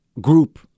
group